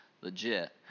legit